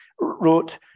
wrote